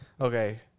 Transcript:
Okay